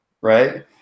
Right